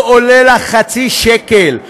לא עולה לה חצי שקל.